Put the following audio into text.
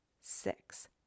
six